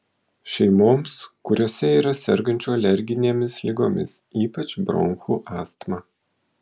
šeimoms kuriose yra sergančių alerginėmis ligomis ypač bronchų astma